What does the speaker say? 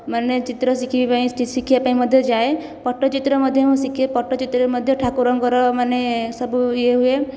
ମାନେ ଚିତ୍ର ଶିଖିବା ପାଇଁ ଶିଖିବା ପାଇଁ ମଧ୍ୟ ଯାଏ ପଟ୍ଟଚିତ୍ର ମଧ୍ୟ ମୁଁ ଶିଖେ ପଟ୍ଟଚିତ୍ର ମଧ୍ୟ ଠାକୁରଙ୍କର ମାନେ ସବୁ ଇଏ ହୁଏ